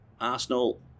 Arsenal